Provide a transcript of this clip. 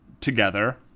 together